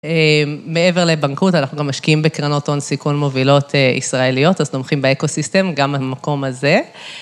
מעבר לבנקאות, אנחנו גם משקיעים בקרנות הון סיכון מובילות ישראליות, אז תומכים באקוסיסטם, גם במקום הזה,